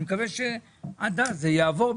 אני מקווה שעד אז זה יעבור,